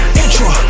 intro